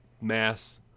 mass